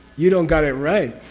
you don't got it right!